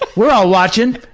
we're all watching.